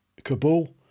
Kabul